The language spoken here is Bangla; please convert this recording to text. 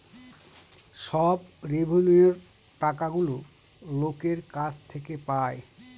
সব রেভিন্যুয়র টাকাগুলো লোকের কাছ থেকে পায়